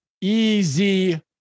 Easy